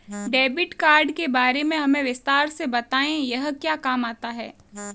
Debit card के बारे में हमें विस्तार से बताएं यह क्या काम आता है?